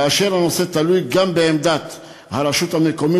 באשר הנושא תלוי גם בעמדת הרשות המקומית,